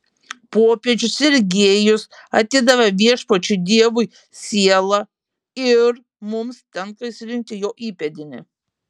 popiežius sergijus atidavė viešpačiui dievui sielą ir mums tenka išsirinkti jo įpėdinį